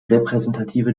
repräsentative